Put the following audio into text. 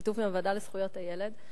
בשיתוף עם הוועדה לזכויות הילד.